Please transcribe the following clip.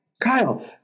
Kyle